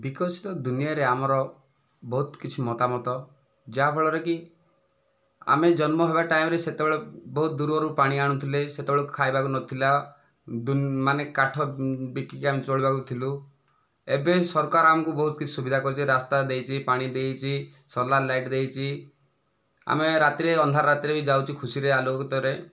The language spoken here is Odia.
ବିକଶିତ ଦୁନିଆରେ ଆମର ବହୁତ କିଛି ମତାମତ ଯାହା ଫଳରେକି ଆମେ ଜନ୍ମ ହେବା ଟାଇମରେ ସେତେବେଳେ ବହୁତ ଦୂରରୁ ପାଣି ଆଣୁଥିଲେ ସେତେବେଳେ ଖାଇବାକୁ ନଥିଲା ମାନେ କାଠ ବିକିକି ଆମେ ଚଳିବାକୁଥିଲୁ ଏବେ ସରକାର ଆମକୁ ବହୁତ କିଛି ସୁବିଧା କରିଛି ରାସ୍ତା ଦେଇଛି ପାଣି ଦେଇଛି ସୋଲାର ଲାଇଟ୍ ଦେଇଛି ଆମେ ରାତିରେ ଅନ୍ଧାର ରାତିରେ ବି ଯାଉଛୁ ଖୁସିରେ ଆଲୁଅ ଭିତରେ